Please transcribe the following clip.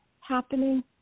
happening